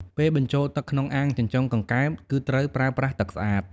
ពេលបញ្ចូលទឹកក្នុងអាងចិញ្ចឹមកង្កែប គឺត្រូវប្រើប្រាស់ទឹកស្អាត។